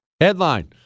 Headline